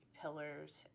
pillars